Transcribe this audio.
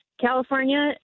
California